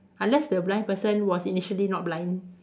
unless the blind person was initially not blind